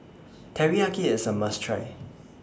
Teriyaki IS A must Try